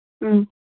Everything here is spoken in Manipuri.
ꯎꯝ